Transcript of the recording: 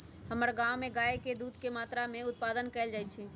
हमर गांव में गाय के दूध बहुते मत्रा में उत्पादन कएल जाइ छइ